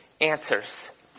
answers